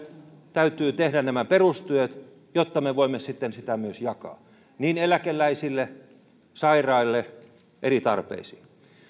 täytyy tehdä nämä perustyöt jotta me voimme sitten sitä myös jakaa niin eläkeläisille kuin sairaille eri tarpeisiin